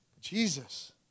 Jesus